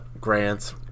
grants